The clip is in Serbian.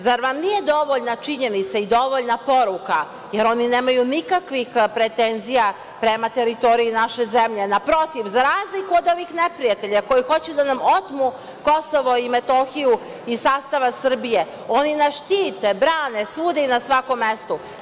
Zar vam nije dovoljna činjenica i dovoljna poruka, jer oni nemaju nikakvih pretenzija prema teritoriji naše zemlje, naprotiv, za razliku od ovih neprijatelja koji hoće da nam otmu Kosovo i Metohiju iz sastava Srbije, oni nas štite, brane, svuda i na svakom mestu.